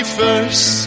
first